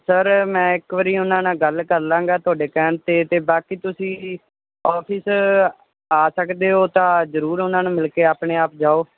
sir ਮੈਂ ਇੱਕ ਵਾਰੀ ਉਹਨਾਂ ਨਾਲ ਗੱਲ ਕਰ ਲਵਾਂਗਾ ਤੁਹਾਡੇ ਕਹਿਣ 'ਤੇ ਅਤੇ ਬਾਕੀ ਤੁਸੀਂ ਆਫਿਸ ਆ ਸਕਦੇ ਹੋ ਤਾਂ ਜ਼ਰੂਰ ਉਹਨਾਂ ਨੂੰ ਮਿਲ ਕੇ ਆਪਣੇ ਆਪ ਜਾਓ